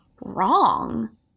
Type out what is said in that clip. wrong